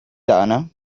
dana